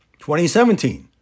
2017